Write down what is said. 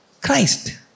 Christ